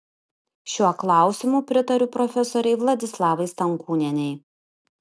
šiuo klausimu pritariu profesorei vladislavai stankūnienei